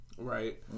Right